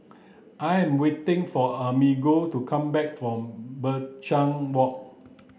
I am waiting for Amerigo to come back from Binchang Walk